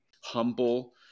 humble